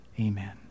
amen